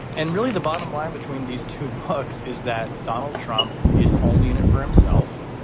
and really, the bottom line between these two books is that donald trump is only in it for himself.